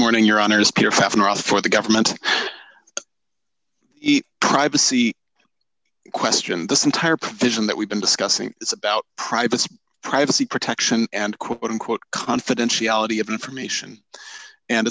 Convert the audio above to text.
morning your honour's peer fafnir all for the government eat privacy question this entire provision that we've been discussing is about privacy privacy protection and quote unquote confidentiality of information and